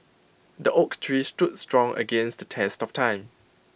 the oak tree stood strong against the test of time